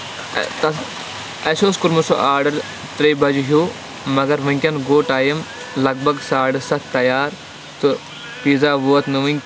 اَسہِ اوس کوٚرمُت سُہ آڈر تریٚیہِ بَجہِ ہیوٗ مَگر ؤنکین گوٚو ٹایم لگ بگ سَاڑٕ سَتھ تیار تہٕ پیٖزا ووت نہٕ ؤنہِ کیٚنٛہہ